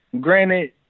granted